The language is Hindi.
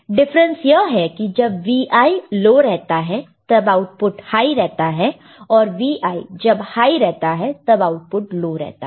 डिफरेंस यह है कि जब Vi लो रहता है तब आउटपुट हाई रहता है और Vi जब हाई रहता है तब आउटपुट लो रहता है